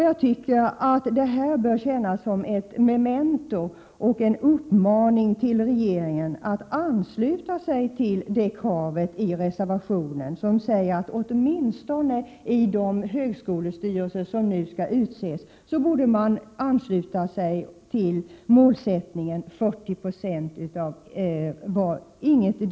Jag tycker att detta exempel bör vara ett memento och en uppmaning till regeringen att ansluta sig till den reservation där det krävs att målet för åtminstone de högskolestyrelser som nu skall utses skall vara att ingetdera könet bör vara representerat till mindre än 40 96.